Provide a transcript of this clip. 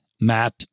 Matt